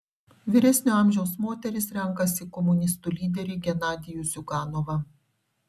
vyresnio amžiaus moterys renkasi komunistų lyderį genadijų ziuganovą